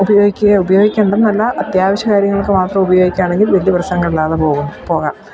ഉപയോഗിക്കുകയേ ഉപയോഗിക്കേണ്ട എന്നല്ല അത്യാവശ്യം കാര്യങ്ങൾക്കുമാത്രം ഉപയോഗിക്കുകയാണെങ്കിൽ വലിയ പ്രശ്നങ്ങളിലാതെ പോകും പോകാം